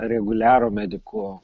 reguliarų medikų